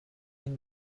این